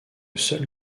seul